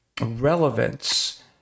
relevance